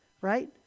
right